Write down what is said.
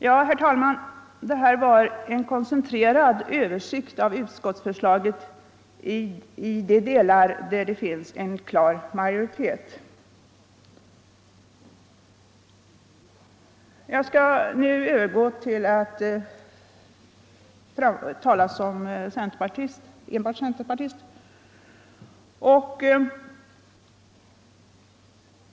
Ja, herr talman, det här var en koncentrerad översikt av utskottsförslaget i de delar där det finns en klar majoritet. Jag skall nu övergå till att tala som enbart centerpartist.